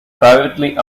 privately